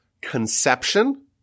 conception